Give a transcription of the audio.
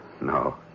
No